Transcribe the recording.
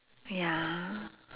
ya